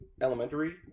elementary